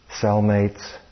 cellmates